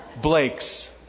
Blake's